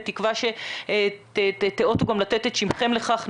בתקווה שתיאותו גם לתת את שמכם לכך,